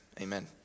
Amen